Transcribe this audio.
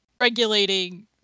regulating